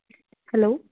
hello